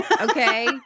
okay